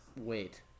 wait